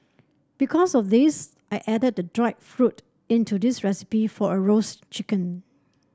because of this I added the dried fruit into this recipe for a roast chicken